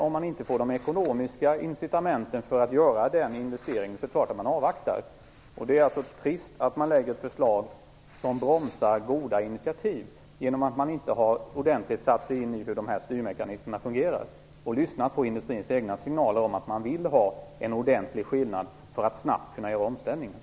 Om man inte får de ekonomiska incitamenten för att göra den investeringen, tror jag att man avvaktar. Det är trist att ett förslag som bromsar goda initiativ läggs fram, eftersom man inte ordentligt har satt sig in i hur styrmekanismerna fungerar. Man har inte heller lyssnat på signalerna från industrin, där det framgår att industrin vill ha en ordentlig skillnad för att snabbt kunna göra omställningar.